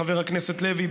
חבר הכנסת לוי,